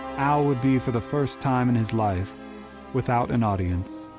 al would be for the first time in his life without an audience